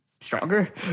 stronger